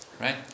right